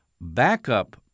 backup